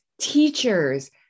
teachers